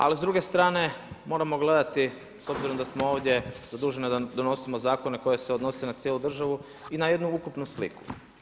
Ali s druge strane moramo gledati s obzirom da smo ovdje zaduženi da donosimo zakone koji se odnose na cijelu državu i na jednu ukupnu sliku.